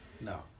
no